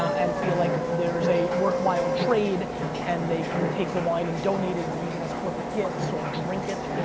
and feel like there's a worthwhile trade and they can take the wine and donate it, or use it as corporate gifts or drink it.